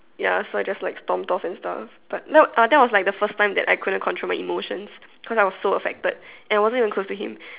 ya so I just like stormed off and stuff but no uh that was like the first time that I couldn't control my emotions cause I was so affected and I wasn't even close to him